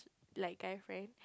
like guy friend